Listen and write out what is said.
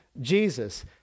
Jesus